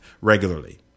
regularly